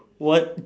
what